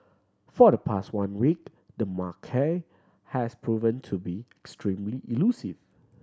for the past one week the macaque has proven to be extremely elusive